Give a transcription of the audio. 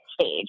stage